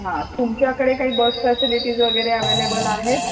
हा तुमच्याकडे काही बस फॅसिलिटीज वगैरे अवेलेबल आहेत